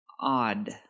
odd